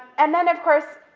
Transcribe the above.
and then, of course,